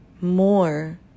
more